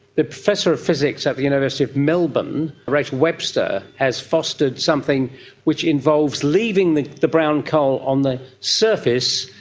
the professor of physics at the university of melbourne, rachel webster, has fostered something which involves leaving the the brown coal on the surface,